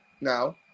now